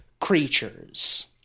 Creatures